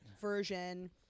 version